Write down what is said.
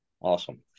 Awesome